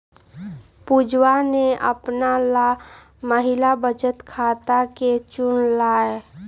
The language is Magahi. पुजवा ने अपना ला महिला बचत खाता के चुन लय